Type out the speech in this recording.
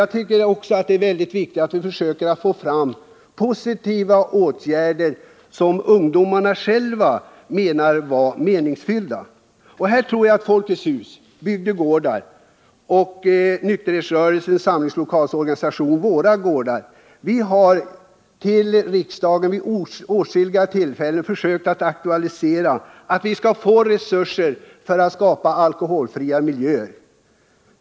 Men det är också mycket viktigt att vi försöker vidta positiva åtgärder som ungdomarna själva anser vara meningsfulla. Här tror jag att Folkets hus, bygdegårdar och nykterhetsrörelsens samlingslokalorganisation Våra gårdar har en viktig funktion att fylla. Vi har vid åtskilliga tillfällen i riksdagen försökt aktualisera dessa frågor och begärt resurser för att skapa alkoholfria miljöer.